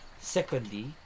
secondly